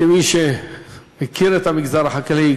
כמי שהכיר את המגזר החקלאי,